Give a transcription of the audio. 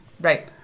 Right